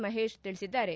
ಮಹೇಶ್ ತಿಳಿಸಿದ್ದಾರೆ